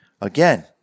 again